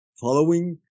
following